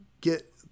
get